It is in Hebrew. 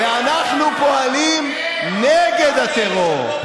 ואנחנו פועלים נגד הטרור,